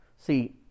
See